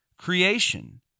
creation